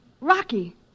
Rocky